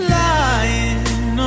lying